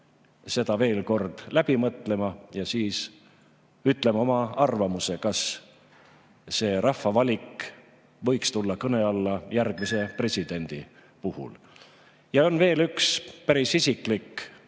seda veel kord läbi mõtlema ja siis ütlema oma arvamuse, kas rahva valik võiks tulla kõne alla järgmise presidendi puhul. Ja on veel üks päris isiklik